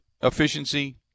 efficiency